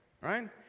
right